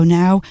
now